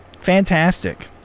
fantastic